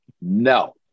No